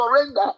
surrender